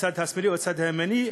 בצד השמאלי או בצד הימני,